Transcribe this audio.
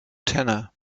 tenor